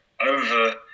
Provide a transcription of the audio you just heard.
over